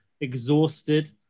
exhausted